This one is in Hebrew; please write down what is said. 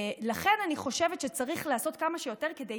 לכן אני חושבת שצריך לעשות כמה שיותר כדי